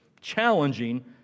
challenging